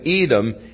Edom